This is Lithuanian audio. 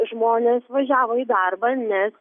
žmonės važiavo į darbą nes